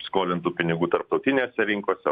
skolintų pinigų tarptautinėse rinkose